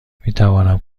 میتوانم